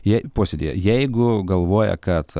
jie posėdyje jeigu galvoja kad